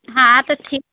हाँ तो ठीक है